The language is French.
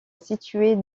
située